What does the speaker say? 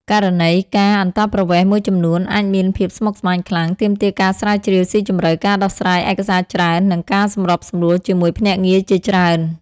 ករណីការអន្តោប្រវេសន៍មួយចំនួនអាចមានភាពស្មុគស្មាញខ្លាំង ទាមទារការស្រាវជ្រាវស៊ីជម្រៅ ការដោះស្រាយឯកសារច្រើន និងការសម្របសម្រួលជាមួយភ្នាក់ងារជាច្រើន។